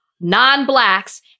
non-blacks